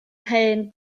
hen